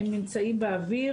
נמצאת באוויר